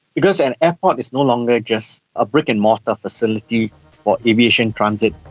because an airport is no longer just a brick and mortar facility for aviation transit,